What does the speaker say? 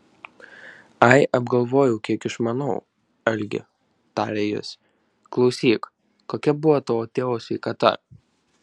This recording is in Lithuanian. ai apgalvojau kiek išmanau algi tarė jis klausyk kokia buvo tavo tėvo sveikata